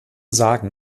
sagen